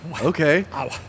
Okay